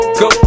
go